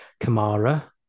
Kamara